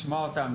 לשמוע אותם,